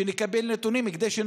זה שנתיים, יותר.